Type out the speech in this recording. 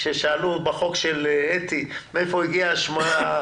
כששאלו בחוק של חברת הכנסת אתי, מאיפה הגיע ה-518?